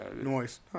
Noise